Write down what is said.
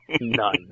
None